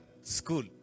school